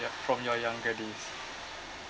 from your younger days